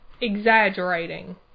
exaggerating